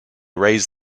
raised